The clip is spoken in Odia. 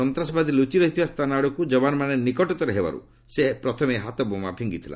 ସନ୍ତାସବାଦୀ ଲୁଚି ରହିଥିବା ସ୍ଥାନ ଆଡ଼କୁ ଯବାନମାନେ ନିକଟତର ହେବାରୁ ସେ ହାତବୋମା ଫିଙ୍ଗିଥିଲା